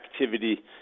activity